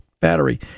battery